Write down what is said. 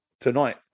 tonight